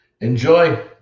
Enjoy